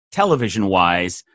television-wise